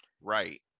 Right